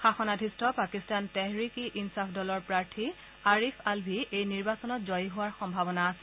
শাসনাধিষ্ঠ পাকিস্তান টেহৰিক ই ইনচাফ দলৰ প্ৰাৰ্থী আৰিফ আলভি এই নিৰ্বাচনত জয়ী হোৱাৰ সম্ভাৱনা আছে